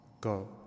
go